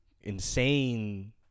insane